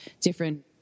different